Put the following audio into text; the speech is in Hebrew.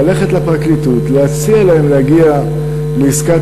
ללכת לפרקליטות ולהציע להם להגיע לעסקת